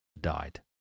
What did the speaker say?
died